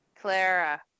clara